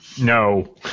No